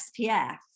SPF